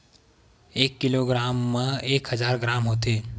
एक किलोग्राम मा एक हजार ग्राम होथे